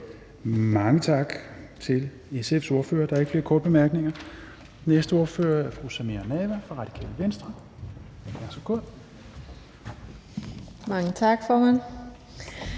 Mange tak til SF's ordfører. Der er ikke flere korte bemærkninger. Den næste ordfører er fru Samira Nawa fra Radikale Venstre. Værsgo.